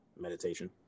meditation